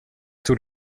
tog